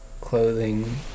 clothing